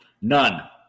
None